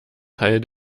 teil